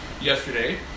yesterday